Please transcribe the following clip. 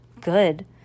good